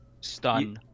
stun